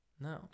no